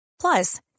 Plus